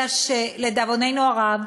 לדאבוננו הרב,